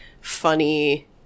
funny